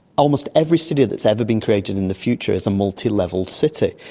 almost every city that's ever been created in the future is a multilevel city,